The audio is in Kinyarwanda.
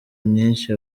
myinshi